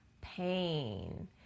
pain